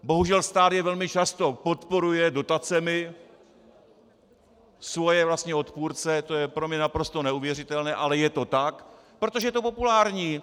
Bohužel stát je velmi často podporuje dotacemi, svoje vlastní odpůrce, to je pro mě naprosto neuvěřitelné, ale je to tak, protože je to populární.